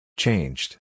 Changed